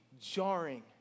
jarring